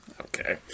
Okay